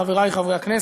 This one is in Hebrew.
חברי חברי הכנסת,